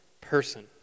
person